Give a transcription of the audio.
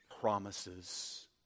promises